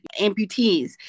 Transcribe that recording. amputees